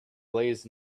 lays